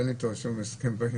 אין לי אתו הסכם בעניין.